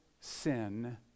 sin